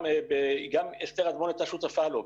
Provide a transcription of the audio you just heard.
גם אסתר אדמון הייתה שותפה לו.